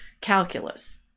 calculus